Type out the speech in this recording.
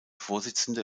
vorsitzende